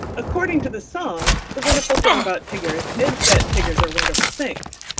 according to the song the wonderful thing about tiggers is that tiggers are wonderful things.